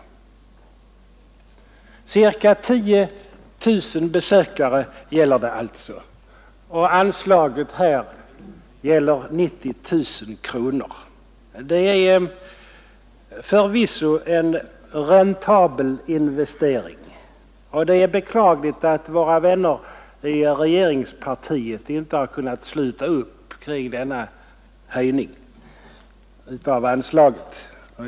Anslaget på 90 000 kronor gäller alltså ca 10000 hjälpsökande. Detta är förvisso en räntabel investering, och det är beklagligt att våra vänner i regeringspartiet inte har kunnat sluta upp kring den föreslagna höjningen av anslaget.